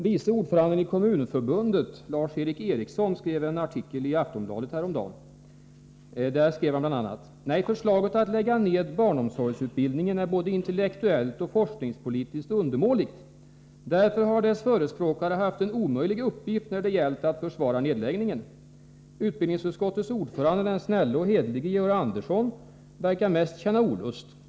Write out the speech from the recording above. Vice ordföranden i Kommunförbundet, Lars Eric Ericsson, skrev i en artikel i Aftonbladet häromdagen: ”Nej, förslaget att lägga ned barnomsorgsutbildningen är både intellektuellt och forskningspolitiskt undermåligt! Därför har dess förespråkare haft en omöjlig uppgift, när det gällt att försvara nedläggningen. Utbildningsutskottets ordförande, den snälle och hederlige Georg Andersson , verkar mest känna olust.